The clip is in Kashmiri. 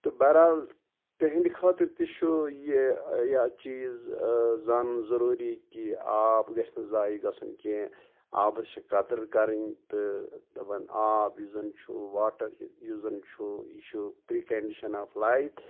تہٕ بحرحال تِہنٛدۍ خٲطرٕ تہِ چھُ یہِ چیٖز زانُن ضروٗری کہِ آب گژھِ نہٕ زایہ گژھُن کیٚنٛہہ آبس چھےٚ قدر کَرٕنۍ تہٕ دپان آب یُس زن چھُ واٹر یُس زن چھُ یہِ چھُ پرۍ کنٛڈِشن آف لایِف